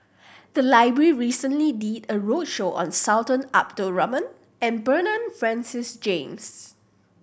the library recently did a roadshow on Sultan Abdul Rahman and Bernard Francis James